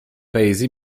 paesi